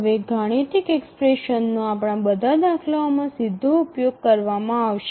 હવેથી ગાણિતિક એક્સપ્રેશન્સનો આપણા બધા દાખલાઓમાં સીધો ઉપયોગ કરવામાં આવશે